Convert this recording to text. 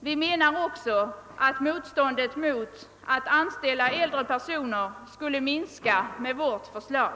Vi anser också att motståndet mot att anställa äldre personer skulle minska enligt vårt förslag.